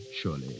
surely